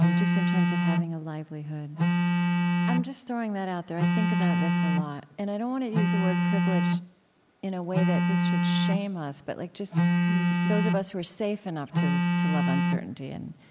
um just in terms of having a livelihood i'm just throwing that out there. i think about this a lot. and i don't want to use the word privilege in a way that this should shame us, but like just those of us who are safe enough to to love uncertainty and